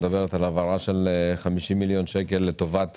שמדברת על העברת 50 מיליון שקל לטובת